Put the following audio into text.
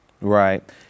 Right